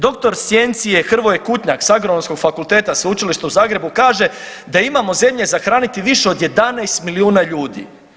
Dr.sc. Hrvoje Kutnjak s Agronomskog fakulteta Sveučilišta u Zagrebu kaže da imamo zemlje za hraniti za više od 11 milijuna ljudi.